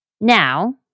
Now